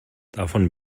davon